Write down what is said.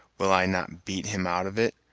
will i not beat him out of it!